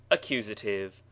Accusative